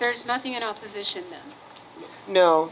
there's nothing in opposition no